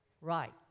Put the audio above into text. Right